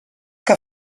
que